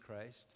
Christ